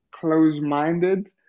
close-minded